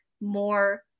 more